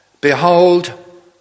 Behold